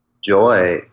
joy